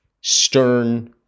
Stern